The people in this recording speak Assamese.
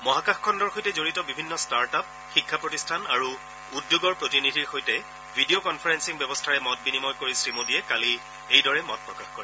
মহাকাশখণ্ডৰ সৈতে জড়িত বিভিন্ন ষ্টাৰ্টআপ শিক্ষা প্ৰতিষ্ঠান আৰু উদ্যোগৰ প্ৰতিনিধিৰ সৈতে ভিডিঅ কনফাৰেলিং ব্যৱস্থাৰে মত বিনিময় কৰি শ্ৰীমোডীয়ে কালি এইদৰে মতপ্ৰকাশ কৰে